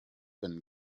been